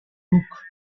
book